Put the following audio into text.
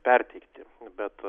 perteikti bet